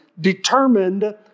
determined